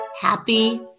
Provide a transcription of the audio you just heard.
Happy